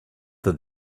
that